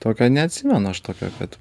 tokio neatsimenu aš tokio kad